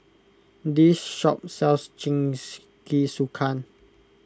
this shop sells Jingisukan